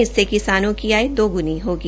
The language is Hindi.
इससे किसानों की आय दो गुनी होगी